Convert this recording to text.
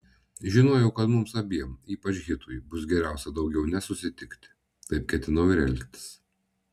žinojau kad mums abiem ypač hitui bus geriausia daugiau nesusitikti taip ketinau ir elgtis